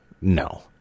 No